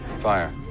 Fire